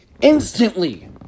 Instantly